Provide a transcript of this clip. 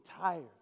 tired